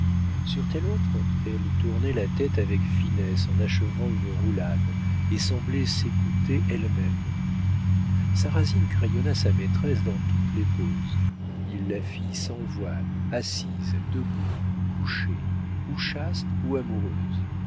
sur telle autre elle tournait la tête avec finesse en achevant une roulade et semblait s'écouter elle-même sarrasine crayonna sa maîtresse dans toutes les poses il la fit sans voile assise debout couchée ou chaste ou amoureuse